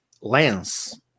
lens